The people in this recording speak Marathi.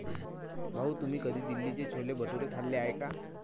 भाऊ, तुम्ही कधी दिल्लीचे छोले भटुरे खाल्ले आहेत का?